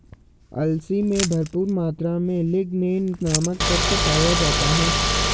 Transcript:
अलसी में भरपूर मात्रा में लिगनेन नामक तत्व पाया जाता है